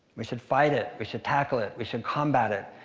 we should fight it, we should tackle it, we should combat it.